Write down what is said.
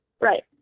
Right